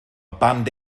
band